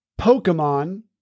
Pokemon